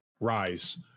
rise